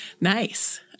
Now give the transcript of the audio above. Nice